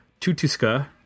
Tutuska